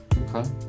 Okay